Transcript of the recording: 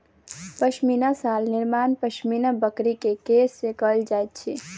पश्मीना शाल निर्माण पश्मीना बकरी के केश से कयल जाइत अछि